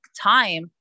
time